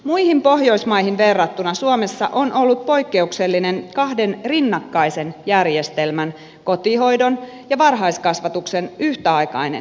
muihin pohjoismaihin verrattuna suomessa on ollut poikkeuksellinen kahden rinnakkaisen järjestelmän kotihoidon ja varhaiskasvatuksen yhtäaikainen kehittyminen